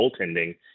goaltending